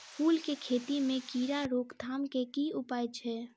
फूल केँ खेती मे कीड़ा रोकथाम केँ की उपाय छै?